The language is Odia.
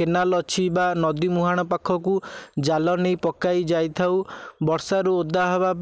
କେନାଲ ଅଛି ବା ନଦୀ ମୁହାଣ ପାଖକୁ ଜାଲ ନେଇ ପକାଇ ଯାଇଥାଉ ବର୍ଷାରୁ ଓଦା ହେବା